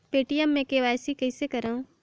Paytm मे KYC कइसे करव?